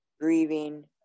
grieving